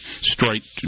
straight